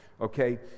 Okay